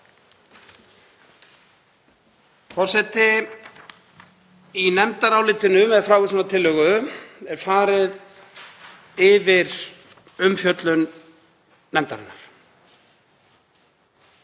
sæst á. Í nefndarálitinu með frávísunartillögu er farið yfir umfjöllun nefndarinnar.